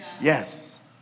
Yes